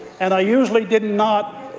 and i usually did not